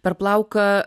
per plauką